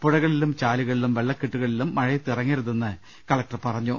പുഴകളിലും ചാലുകളിലും വെള്ളക്കെട്ടുകളിലും മഴയത്ത് ഇറങ്ങരുതെന്ന് കലക്ടർ പറഞ്ഞു